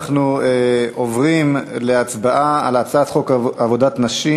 אנחנו עוברים להצבעה על הצעת חוק עבודת נשים